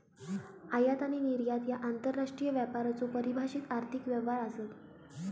आयात आणि निर्यात ह्या आंतरराष्ट्रीय व्यापाराचो परिभाषित आर्थिक व्यवहार आसत